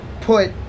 put